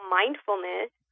mindfulness